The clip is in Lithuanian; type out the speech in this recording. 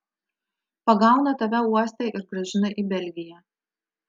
pagauna tave uoste ir grąžina į belgiją